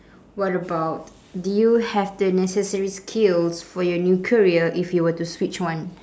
what about do you have the necessary skills for your new career if you were to switch one